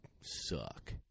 suck